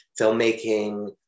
filmmaking